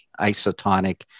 isotonic